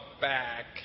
back